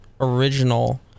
original